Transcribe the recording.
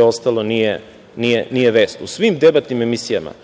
ostalo nije vest. U svim debatnim emisijama